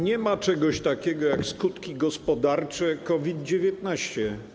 Nie ma czegoś takiego jak skutki gospodarcze COVID-19.